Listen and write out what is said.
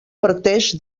parteix